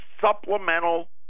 supplemental